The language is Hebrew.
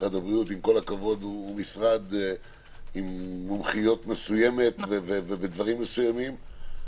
משרד הבריאות עם כל הכבוד הוא משרד עם מומחיות מסוימת ובדברים מסוימים,